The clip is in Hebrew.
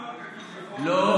לא.